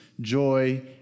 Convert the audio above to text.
joy